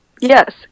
Yes